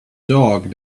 dog